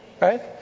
Right